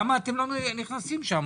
למה אתם לא נכנסים שם?